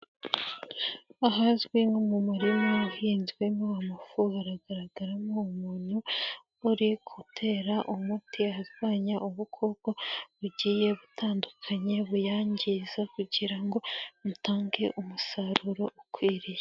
Ahazwi nk'umu muririma uhinzwemo amashu, haragaragaramo umuntu uri gutera umuti arwanya ubukoko bugiye butandukanye buyangiza, kugira ngo atange umusaruro ukwiriye.